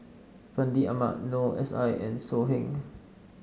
Fandi Ahmad Noor S I and So Heng